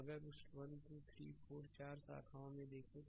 तो अगर उस 1 2 3 4 चार शाखाओं में देखें